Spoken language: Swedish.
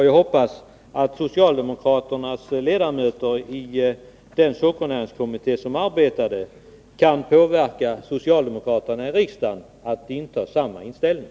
Jag hoppas att socialdemokraternas ledamöter som arbetat med detta i sockernäringskommittén kan påverka socialdemokraterna i riksdagen att inta samma ställning.